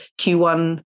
Q1